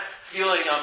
feeling